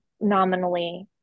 nominally